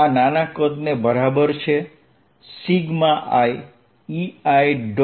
આ નાના કદને બરાબર છે iEi